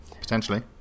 Potentially